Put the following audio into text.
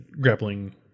grappling